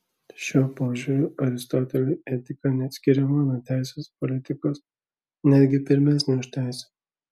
šiuo požiūriu aristoteliui etika neatskiriama nuo teisės politikos netgi pirmesnė už teisę